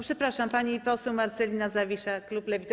Przepraszam, pani poseł Marcelina Zawisza, klub Lewica.